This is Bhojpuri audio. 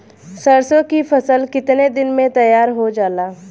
सरसों की फसल कितने दिन में तैयार हो जाला?